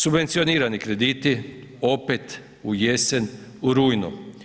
Subvencionirani krediti opet u jesen u rujnu.